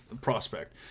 prospect